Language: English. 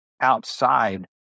outside